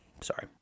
Sorry